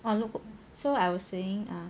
look so I was saying ah